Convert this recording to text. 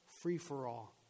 free-for-all